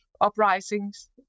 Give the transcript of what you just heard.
uprisings